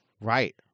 right